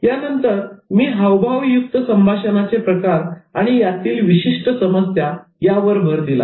यानंतर मी अभाशिकहावभाव युक्त संभाषणाचे प्रकार आणि यातील विशिष्ट समस्या यावर भर दिला